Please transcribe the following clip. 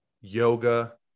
yoga